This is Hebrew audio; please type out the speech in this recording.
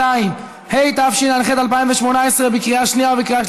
והיא חוזרת לדיון ולהכנה בוועדת חוקה,